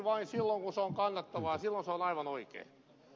silloin se on aivan oikein